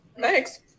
thanks